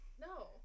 No